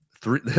three